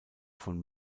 von